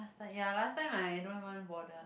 last time ya last time I don't even bother